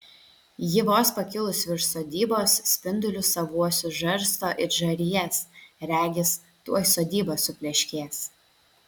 ji vos pakilus virš sodybos spindulius savuosius žarsto it žarijas regis tuoj sodyba supleškės